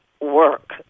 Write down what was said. work